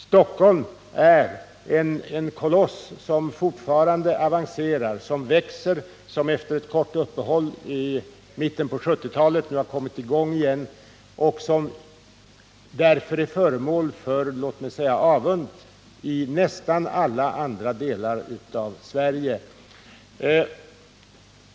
Stockholmsregionen är en koloss som fortfarande avancerar, växer och efter ett kort uppehåll i mitten på 1970-talet nu har kommit i gång igen. Därför är Stockholmsregionen föremål för, låt mig säga, avund i nästan alla andra delar av Sverige.